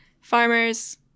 farmers